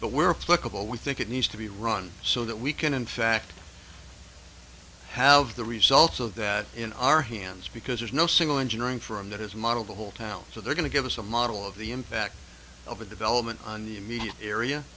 flexible we think it needs to be run so that we can in fact i have the results of that in our hands because there's no single engineering from that is model the whole town so they're going to give us a model of the impact of a development on the immediate area